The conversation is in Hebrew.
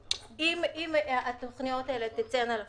אם התכניות האלה תצאנה לפועל,